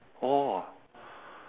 !wah!